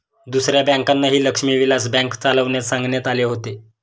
दुसऱ्या बँकांनाही लक्ष्मी विलास बँक चालविण्यास सांगण्यात आले होते